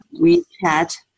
WeChat